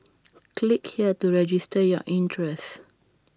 click here to register your interest